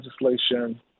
legislation